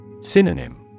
Synonym